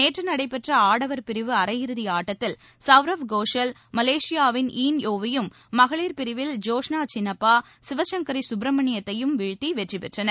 நேற்று நடைபெற்ற ஆடவர் பிரிவு அரையிறுதிஆட்டத்தில் சவ்ரவ் கோஷல் மலேஷியாவின் ஈன் யோவையும் மகளிர் பிரிவில் ஜோஷ்னா சின்னப்பா சிவசங்கரி சுப்பிரமணியத்தையும் வீழ்த்தி வெற்றி பெற்றனர்